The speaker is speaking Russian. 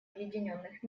объединенных